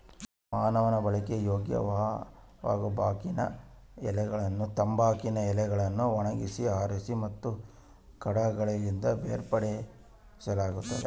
ಮಾನವ ಬಳಕೆಗೆ ಯೋಗ್ಯವಾಗಲುತಂಬಾಕಿನ ಎಲೆಗಳನ್ನು ಒಣಗಿಸಿ ಆರಿಸಿ ಮತ್ತು ಕಾಂಡಗಳಿಂದ ಬೇರ್ಪಡಿಸಲಾಗುತ್ತದೆ